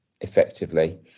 effectively